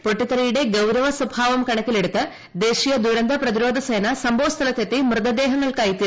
പൊട്ടിത്തെറിയുടെ ഗൌരവ സ്വഭാവം കണക്കിലെടുത്ത് ദേശീയ ദുരന്ത പ്രതിരോധ സേന സംഭവ സ്ഥലത്ത് എത്തി മൃതദേഹങ്ങൾക്കായി തെരച്ചിൽ ആരംഭിച്ചു